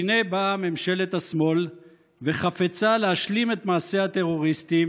והינה באה ממשלת השמאל וחפצה להשלים את מעשה הטרוריסטים